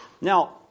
Now